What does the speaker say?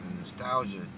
Nostalgia